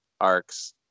arcs